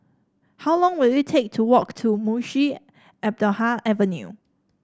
how long will it take to walk to Munshi Abdullah Avenue